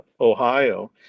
ohio